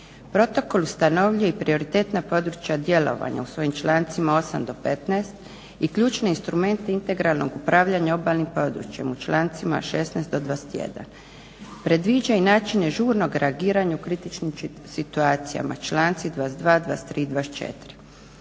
Protokol ustanovljuje i prioritetna područja djelovanja u svojim člancima 8. do 15. i ključne instrumente integralnog upravljanja obalnim područjem u člancima 16. do 21. Predviđa i načine žurnog reagiranja u kritičnim situacijama članci 22., 23. i 24.